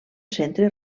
centre